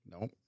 Nope